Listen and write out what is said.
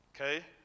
Okay